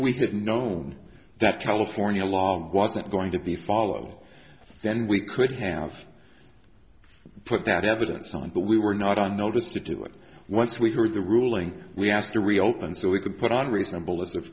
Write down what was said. we had known that california law wasn't going to be followed then we could have put that evidence on but we were not on notice to do it once we heard the ruling we asked to reopen so we could put on reasonable